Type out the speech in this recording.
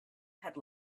had